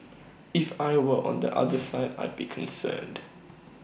if I were on the other side I'd be concerned